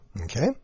Okay